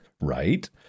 Right